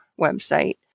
website